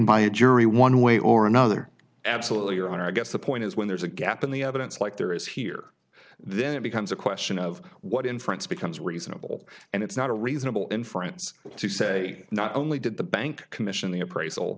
by a jury one way or another absolutely or i guess the point is when there's a gap in the evidence like there is here then it becomes a question of what inference becomes reasonable and it's not a reasonable inference to say not only did the bank commission the appraisal